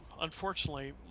unfortunately